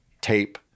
tape